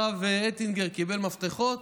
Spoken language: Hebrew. הרב אטינגר קיבל מפתחות,